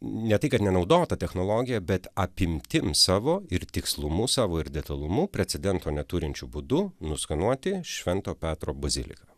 ne tai kad nenaudota technologija bet apimtim savo ir tikslumu savo ir detalumu precedento neturinčiu būdu nuskanuoti švento petro baziliką